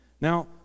Now